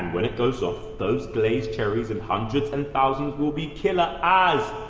and when it goes off, those glazed cherries and hundreds and thousands will be killer as,